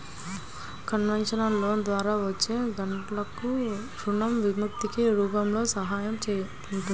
concessional లోన్ల ద్వారా వచ్చే గ్రాంట్లకు రుణ విముక్తి రూపంలో సహాయం ఉంటుంది